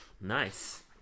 Nice